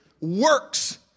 works